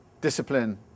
discipline